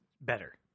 better